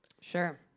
Sure